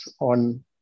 on